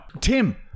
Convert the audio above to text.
tim